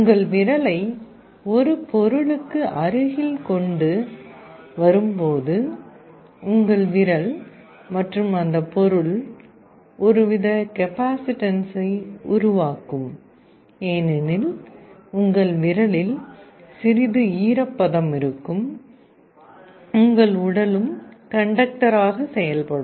உங்கள் விரலை ஒரு பொருளுக்கு அருகில் கொண்டு வரும்போது உங்கள் விரல் மற்றும் அந்த பொருள் ஒருவித கெபாசிட்டன்ஸை உருவாக்கும் ஏனெனில் உங்கள் விரலில் சிறிது ஈரப்பதம் இருக்கும் உங்கள் உடலும் கண்டக்டராக செயல்படும்